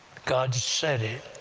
god said it,